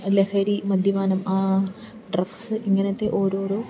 ലഹരി മദ്യപാനം ഡ്രഗ്സ് ഇങ്ങനെത്തെ ഓരോരോ